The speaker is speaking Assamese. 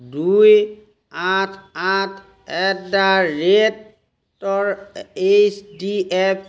দুই আঠ আঠ এট দ্যা ৰেটৰ এইচ ডি এফ